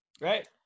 right